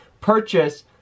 purchase